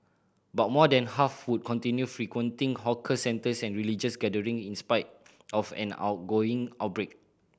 but more than half would continue frequenting hawker centres and religious gathering in spite of an ongoing outbreak